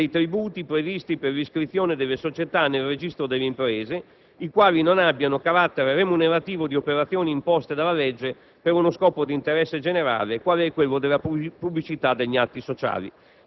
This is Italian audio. dei tributi previsti per l'iscrizione delle società nel registro delle imprese, i quali non abbiano carattere remunerativo di operazioni imposte dalla legge per uno scopo d'interesse generale quale è quello della pubblicità degli atti sociali.